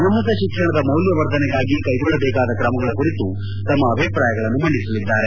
ಉನ್ನತ ಶಿಕ್ಷಣದ ಮೌಲ್ವವರ್ಧನೆಗಾಗಿ ಕೈಗೊಳ್ಳಬೇಕಾದ ಕ್ರಮಗಳ ಕುರಿತು ತಮ್ನ ಅಭಿಪ್ರಾಯಗಳನ್ನು ಮಂಡಿಸಲಿದ್ದಾರೆ